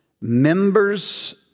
members